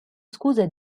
scusa